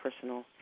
personal